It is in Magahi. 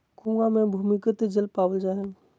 कुआँ मे भूमिगत जल पावल जा हय